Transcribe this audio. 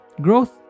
Growth